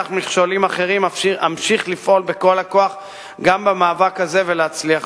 אחד שעיניו בראשו צריך להסתכל